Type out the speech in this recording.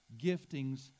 giftings